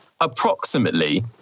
Approximately